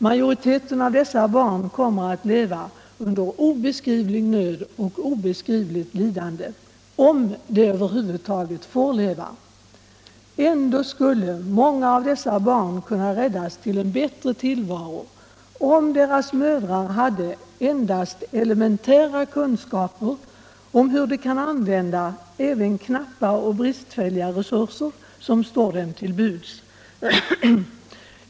Majoriteten av dessa barn kommer att leva under obeskrivlig nöd och obeskrivligt lidande, om de över huvud taget får leva. Ändå skulle många av dessa barn kunna räddas till en bättre tillvaro. om deras mödrar hade: endast elementära kunskaper om hur de kan använda även knappa och bristfälliga resurser som står dem till buds.